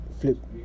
flip